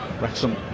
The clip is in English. Wrexham